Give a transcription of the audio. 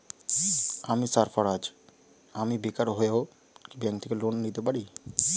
আমি সার্ফারাজ, আমি বেকার হয়েও কি ব্যঙ্ক থেকে লোন নিতে পারি?